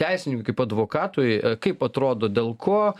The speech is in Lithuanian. teisininkui kaip advokatui kaip atrodo dėl ko